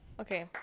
okay